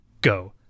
Go